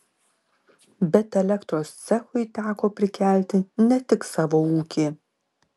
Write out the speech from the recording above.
bet elektros cechui teko prikelti ne tik savo ūkį